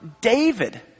David